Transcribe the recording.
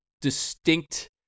distinct